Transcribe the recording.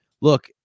look